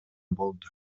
болду